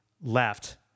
left